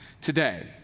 today